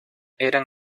eran